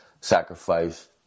sacrifice